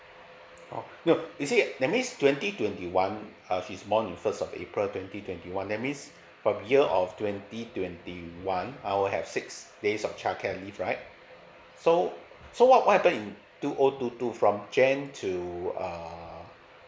oh no you see that means twenty twenty one uh he's born on first of april twenty twenty one that means from year of twenty twenty one I will have six days of childcare leave right so so what what happened in two o two two from jan to uh